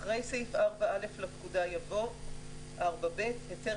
"הוספת סעיף 4ב אחרי סעיף 4א לפקודה יבוא: